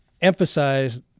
emphasize